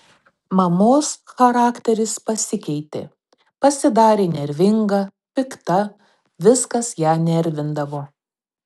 mamos charakteris pasikeitė pasidarė nervinga pikta viskas ją nervindavo